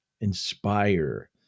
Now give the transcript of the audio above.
inspire